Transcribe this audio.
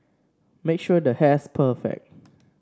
make sure the hair's perfect